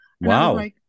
Wow